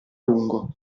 lungo